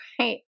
Right